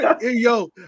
Yo